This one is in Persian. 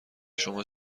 شما